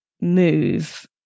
move